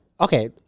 okay